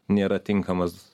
nėra tinkamas